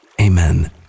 Amen